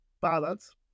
balance